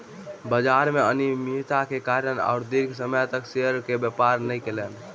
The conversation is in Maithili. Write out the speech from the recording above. बजार में अनियमित्ता के कारणें ओ दीर्घ समय तक शेयर के व्यापार नै केलैन